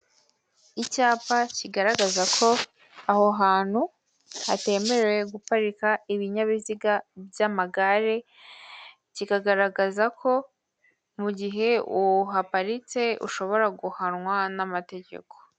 Icyapa kigaragaza ko aho hantu hatemerewe guparika ibinyabiziga by'amagare, kiragaragaza ko mu gihe uhaparitse ushobora guhanwa n'amategeko.